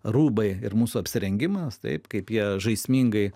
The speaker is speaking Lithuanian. rūbai ir mūsų apsirengimas taip kaip jie žaismingai